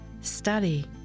study